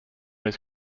his